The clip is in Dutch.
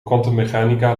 kwantummechanica